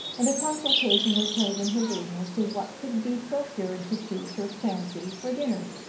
and a consultation was held in her room as to what could be procured to please her fancy for dinner.